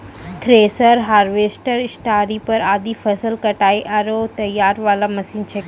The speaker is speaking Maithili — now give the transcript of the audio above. थ्रेसर, हार्वेस्टर, स्टारीपर आदि फसल कटाई आरो तैयारी वाला मशीन छेकै